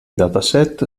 dataset